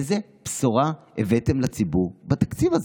איזו בשורה הבאתם לציבור בתקציב הזה?